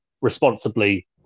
responsibly